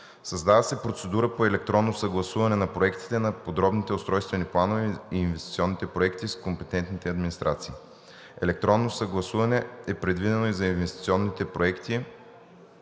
Създава се процедура по електронно съгласуване на проектите на подробните устройствени планове и инвестиционните проекти с компетентните администрации. Електронно съгласуване е предвидено и за инвестиционните проекти.